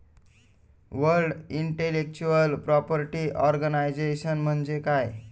World intellectual property organisation म्हणजे काय?